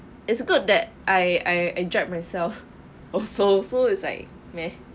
it's good that I I enjoyed myself also so it's like meh